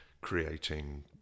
creating